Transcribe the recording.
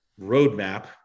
roadmap